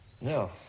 No